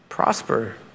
Prosper